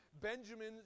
Benjamin